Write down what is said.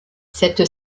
cette